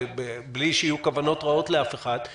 ובלי שיהיו כוונות רעות לאף אחד,